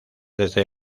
desde